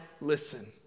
listen